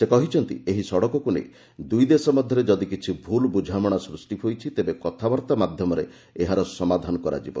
ସେ କହିଛନ୍ତି ଏହି ସଡ଼କକୁ ନେଇ ଦୁଇ ଦେଶ ମଧ୍ୟରେ ଯଦି କିଛି ଭୁଲ ବୁଝାମଣା ସୃଷ୍ଟି ହୋଇଛି ତେବେ କଥାବାର୍ତ୍ତା ମାଧ୍ୟମରେ ଏହାର ସମାଧାନ କରାଯିବ